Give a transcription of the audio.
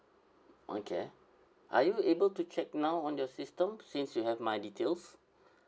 okay are you able to check now on your system since you have my details